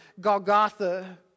Golgotha